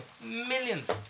Millions